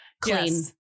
clean